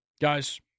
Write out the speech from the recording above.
Guys